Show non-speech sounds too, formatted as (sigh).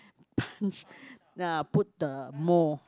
punch (breath) uh put the mold